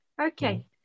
okay